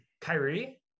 Kyrie